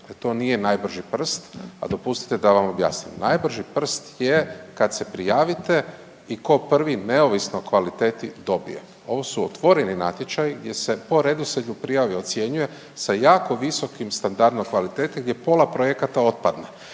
to nije najbrži prst, a dopustite da vam objasnim. Najbrži prst je kad se prijavite i ko prvi neovisno o kvaliteti dobije. Ovo su otvoreni natječaji gdje se po redoslijedu prijave ocjenjuje sa jako visokim standardom kvalitete gdje pola projekata otpada